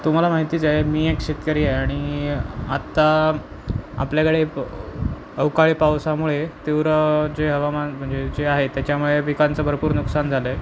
तुम्हाला माहितीच आहे मी एक शेतकरी आणि आत्ता आपल्याकडे अवकाळी पावसामुळे तीव्र जे हवामान म्हणजे जे आहे त्याच्यामुळे विकांचं भरपूर नुकसान झालं आहे